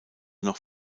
noch